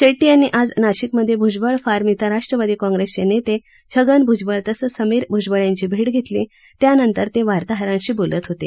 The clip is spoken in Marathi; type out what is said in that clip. शेट्टी यांनी आज नाशिकमध्ये भ्जबळ फार्म इथं राष्ट्रवादी कॉग्रेसचे नेते छगन भूजबळ तसंच समीर भूजबळ यांची भेट घेतली त्यानंतर त्यानंतर ते वार्ताहरांशी बोलत होते